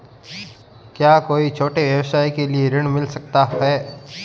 क्या कोई छोटे व्यवसाय के लिए ऋण मिल सकता है?